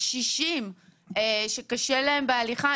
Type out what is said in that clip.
קשישים שקשה להם בהליכה,